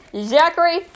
Zachary